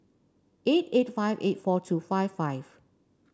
eight eight five eight four two five five